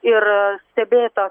ir stebėta